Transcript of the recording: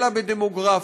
אלא בדמוגרפיה.